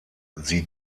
sie